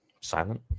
silent